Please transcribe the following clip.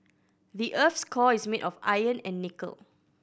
the earth's core is made of iron and nickel